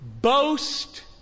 Boast